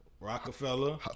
Rockefeller